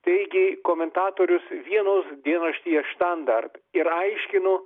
teigė komentatorius vienos dienraštyje štandard ir aiškino